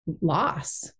loss